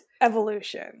evolution